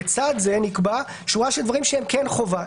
לצד זה נקבע שורת דברים שהם כן חובה,